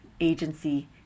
agency